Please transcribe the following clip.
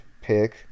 pick